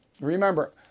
Remember